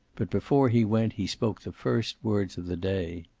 but before he went he spoke the first words of the day.